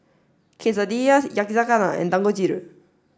Quesadillas Yakizakana and Dangojiru